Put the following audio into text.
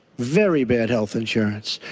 very bad health insurance,